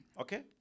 Okay